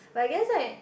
but I guess like